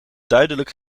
duidelijk